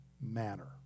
manner